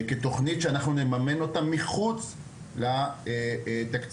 כתוכנית שאותה אנחנו נממן מחוץ לתקציב